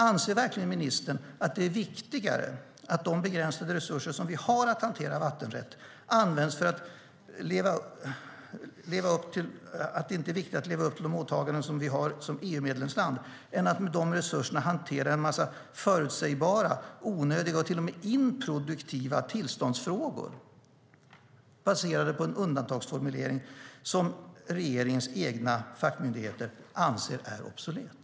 Anser verkligen inte ministern att det är viktigare att leva upp till de åtaganden vi har som EU-medlemsland än att med de begränsade resurser vi har för vattenrätt hantera en massa förutsägbara, onödiga och till och med improduktiva tillståndsfrågor baserade på en undantagsformulering som regeringens egna fackmyndigheter anser är obsolet?